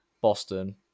Boston